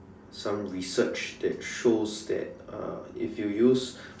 some research that shows that uh if you use